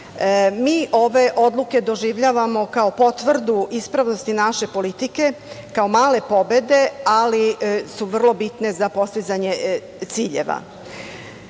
Mi ove odluke doživljavamo, kao potvrdu ispravnosti naše politike, kao male pobede, ali su vrlo bitne za postizanje ciljeva. Važeći